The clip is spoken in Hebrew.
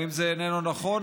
האם זה איננו נכון?